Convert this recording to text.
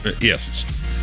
Yes